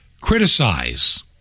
criticize